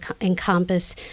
encompass